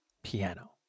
piano